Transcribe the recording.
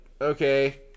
okay